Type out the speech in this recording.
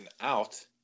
out